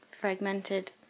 fragmented